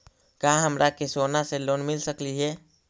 का हमरा के सोना से लोन मिल सकली हे?